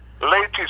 ladies